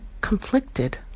conflicted